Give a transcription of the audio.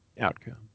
outcome